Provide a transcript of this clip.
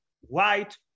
white